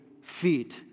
feet